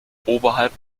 oberhalb